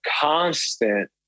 constant